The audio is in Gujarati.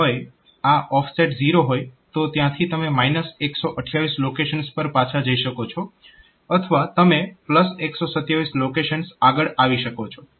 તો જો આ કરંટ લોકેશન હોય આ ઓફસેટ 0 હોય તો ત્યાંથી તમે 128 લોકેશન્સ પર પાછા જઈ શકો છો અથવા તમે 127 લોકેશન્સ આગળ આવી શકો છો